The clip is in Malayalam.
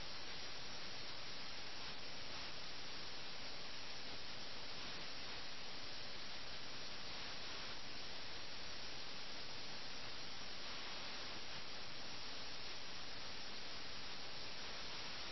അത് ആനന്ദമാണെങ്കിൽ നമുക്ക് വിവേചനം കാണിക്കാൻ കഴിയുമോ കഥാലോകത്ത് പ്രശ്നമുണ്ടാക്കുന്ന അത്തരം ആനന്ദാന്വേഷണങ്ങളിൽ എന്തെങ്കിലും തരത്തിലുള്ള കുഴപ്പങ്ങൾ നമുക്ക് കണ്ടെത്താനാകുമോ നമുക്ക് ഇവിടെ അത്തരത്തിലുള്ള വൈരുദ്ധ്യമുണ്ട്